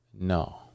No